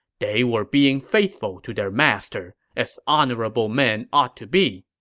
they were being faithful to their master, as honorable men ought to be.